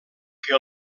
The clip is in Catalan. que